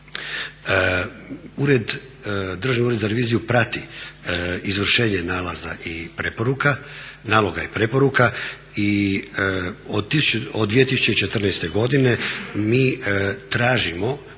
Državni ured za reviziju prati izvršenje naloga i preporuka i od 2014. godine mi tražimo